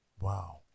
Wow